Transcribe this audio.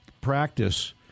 practice